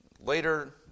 later